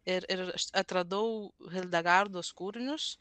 ir ir atradau hilda gardos kūrinius